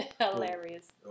Hilarious